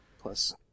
plus